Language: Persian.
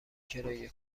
کرایه